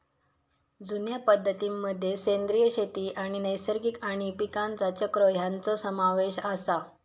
जुन्या पद्धतीं मध्ये सेंद्रिय शेती आणि नैसर्गिक आणि पीकांचा चक्र ह्यांचो समावेश आसा